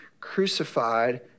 crucified